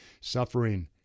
Suffering